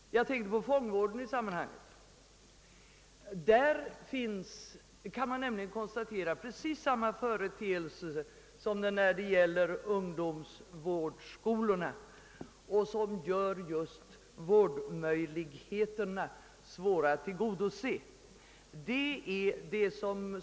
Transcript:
Jag tänker på fångvården, där man kan konstatera precis samma företeelser som när det gäller ungdomsvårdsskolorna. Detta gör att det blir svårt att tillgodose vårdbehovet.